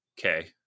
okay